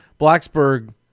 Blacksburg